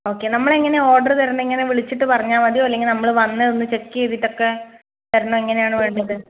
okay നമ്മൾ എങ്ങനെയാണ് order തരുന്നത് എങ്ങനെയാണ് വിളിച്ചിട്ട് പറഞ്ഞാൽ മതിയോ അല്ലെങ്കിൽ നമ്മൾ വന്ന് ഒന്ന് ചെക്ക് ചെയ്തിട്ടൊക്കെ എങ്ങനെയാണ് വേണ്ടത്